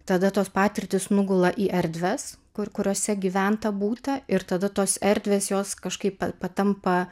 tada tos patirtys nugula į erdves kur kuriose gyventa būta ir tada tos erdvės jos kažkaip pa patampa